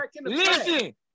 listen